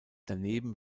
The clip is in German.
daneben